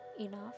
enough